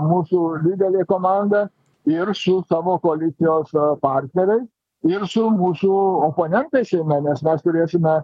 mūsų didelė komanda ir su savo koalicijos partneriai ir su mūsų oponentais seime nes mes turėsime